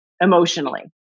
emotionally